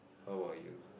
how about you